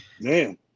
Man